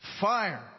Fire